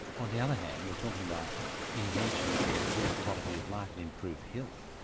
on the other hand, we're talking about inventions that improve the quality of life and improve health.